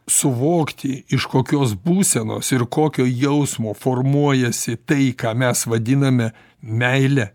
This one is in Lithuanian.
suvokti iš kokios būsenos ir kokio jausmo formuojasi tai ką mes vadiname meile